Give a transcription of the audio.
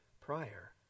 prior